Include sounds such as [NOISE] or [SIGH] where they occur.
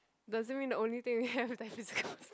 doesn't mean the only thing you have that he's [LAUGHS]